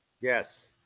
Yes